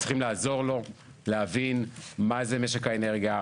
צריכים לעזור לו להבין מה זה משק האנרגיה,